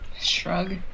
Shrug